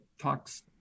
talks